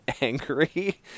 angry